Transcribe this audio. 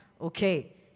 Okay